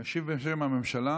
ישיב בשם הממשלה